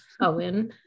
Owen